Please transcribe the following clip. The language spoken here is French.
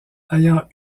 ayant